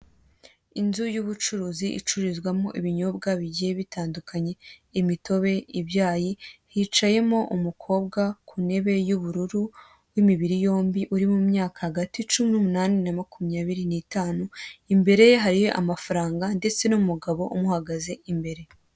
Inzu y'ubucuruzi icururizwamo ibinyobwa bigiye bitandukanye, imitobe, ibyayi, hicayemo umukobwa ku ntebe y'ubururu, w'imibiri yombi, uri mu myaka hagati cumi n'umunani na makumyabiri n'itanu, imbere ye hari amafaranga ndetse n'umugabo umuhagaze imbere.